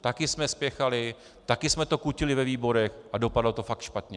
Taky jsme spěchali, taky jsme to kutili ve výborech a dopadlo to pak špatně.